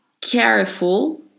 careful